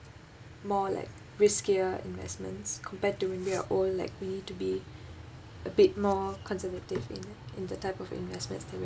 more like riskier investments compared to when we are old likely to be a bit more conservative in in the type of investments